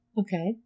Okay